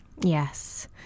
Yes